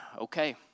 okay